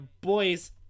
Boys